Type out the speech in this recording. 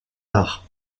arts